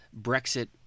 Brexit